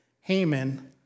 Haman